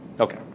Okay